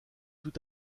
tout